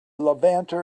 levanter